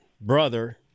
brother